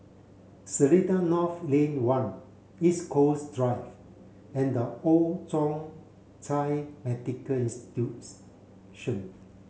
Seletar North Lane one East Coast Drive and The Old Thong Chai Medical Institution